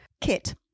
Kit